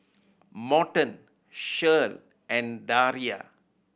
Morton Shirl and Daria